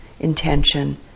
Intention